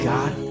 God